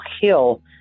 Hill